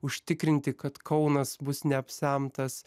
užtikrinti kad kaunas bus neapsemtas